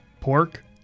pork